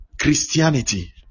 Christianity